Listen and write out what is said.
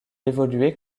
évoluait